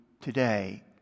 today